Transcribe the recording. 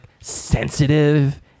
sensitive